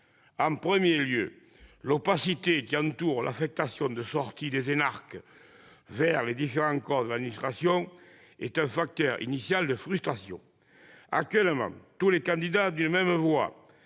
En premier lieu, l'opacité qui entoure l'affectation de sortie des énarques dans les différents corps de l'administration est un facteur initial de frustration. Actuellement, tous les candidats d'une même voie-